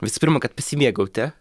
visų pirma kad pasimėgauti